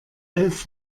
elf